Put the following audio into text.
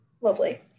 Lovely